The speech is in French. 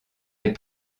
est